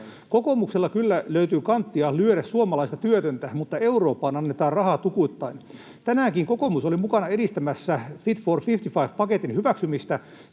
Kokoomuksella kyllä löytyy kanttia lyödä suomalaista työtöntä, mutta Eurooppaan annetaan rahaa tukuittain. Tänäänkin kokoomus oli mukana edistämässä Fit for 55 ‑paketin hyväksymistä.